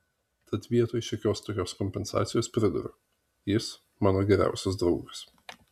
tad vietoj šiokios tokios kompensacijos priduriu jis mano geriausias draugas